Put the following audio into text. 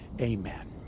Amen